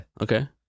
Okay